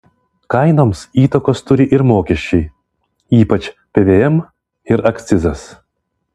kainoms įtakos turi ir mokesčiai ypač pvm ir akcizas